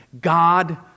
God